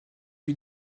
eut